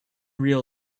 reel